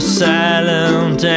silent